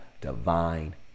divine